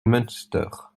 munster